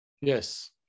Yes